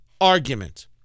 argument